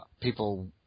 people